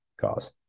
cause